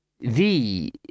The